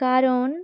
কারণ